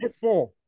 four